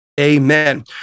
Amen